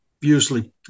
usually